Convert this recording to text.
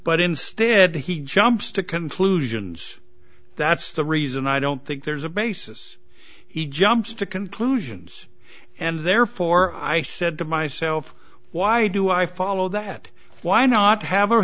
but instead he jumps to conclusions that's the reason i don't think there's a basis he jumps to conclusions and therefore i said to myself why do i follow that why not have a